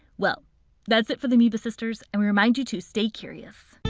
well that's it for the amoeba sisters, and we remind you to stay curious.